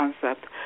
concept